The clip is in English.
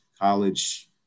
college